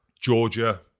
Georgia